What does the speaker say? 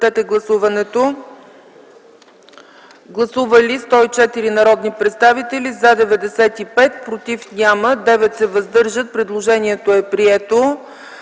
Предложението е прието.